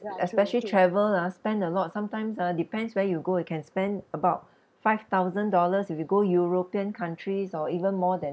especially travel ah spend a lot sometimes ah depends where you go you can spend about five thousand dollars if you go european countries or even more than